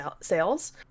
sales